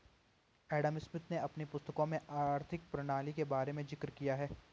Adam Smith ने अपनी पुस्तकों में आर्थिक प्रणाली के बारे में जिक्र किया है